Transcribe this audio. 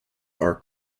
are